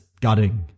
gutting